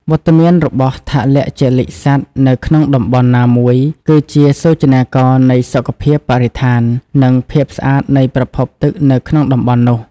វត្តមានរបស់ថលជលិកសត្វនៅក្នុងតំបន់ណាមួយ គឺជាសូចនាករនៃសុខភាពបរិស្ថាន និងភាពស្អាតនៃប្រភពទឹកនៅក្នុងតំបន់នោះ។